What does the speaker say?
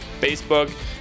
Facebook